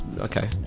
okay